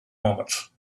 moments